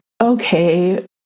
Okay